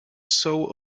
soul